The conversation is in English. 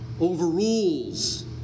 overrules